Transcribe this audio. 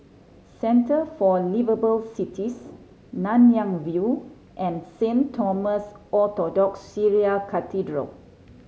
Centre for Liveable Cities Nanyang View and Saint Thomas Orthodox Syrian Cathedral